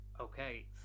Okay